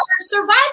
survival